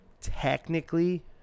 technically